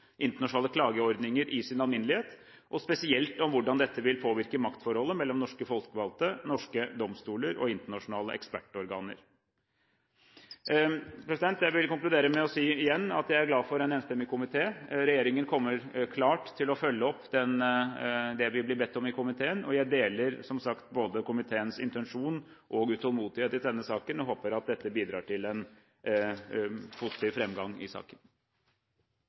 internasjonale klageordninger i sin alminnelighet og spesielt om hvordan dette vil påvirke maktforholdet mellom norske folkevalgte, norske domstoler og internasjonale ekspertorganer. Jeg vil konkludere med å si igjen at jeg er glad for at komiteen er enstemmig. Regjeringen kommer klart til å følge opp det vi blir bedt om av komiteen, og jeg deler som sagt både komiteens intensjon og utålmodighet i denne saken, og håper at dette bidrar til en positiv framgang i saken.